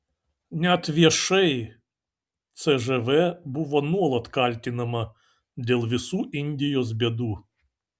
net viešai cžv buvo nuolat kaltinama dėl visų indijos bėdų